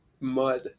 mud